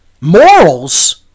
Morals